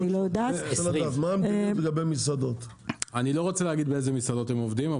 אני לא רוצה להגיד באיזה מסעדות הם עובדים,